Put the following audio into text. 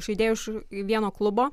žaidėjų iš vieno klubo